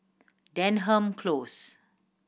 Denham Close